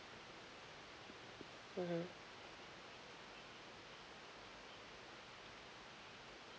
mmhmm